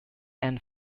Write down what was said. and